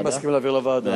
אני מסכים להעביר לוועדה, כן.